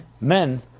men